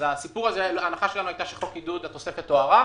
אז ההנחה שלנו הייתה שבחוק העידוד התוספת תוארך